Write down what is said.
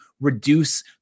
reduce